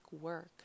work